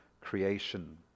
creation